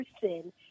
person